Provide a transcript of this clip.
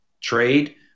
trade